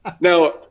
Now